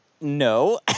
no